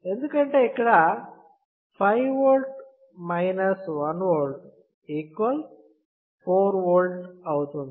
ఎందుకంటే ఇక్కడ 5V 1V 4V అవుతుంది